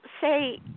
say